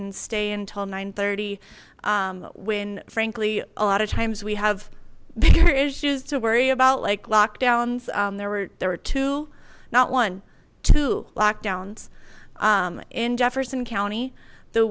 and stay until nine thirty when frankly a lot of times we have bigger issues to worry about like lockdowns there were there were two not one two lockdowns in jefferson county the